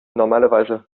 normalerweise